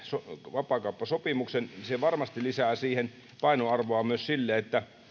vapaakauppasopimuksen siihen varmasti lisää painoarvoa myös se että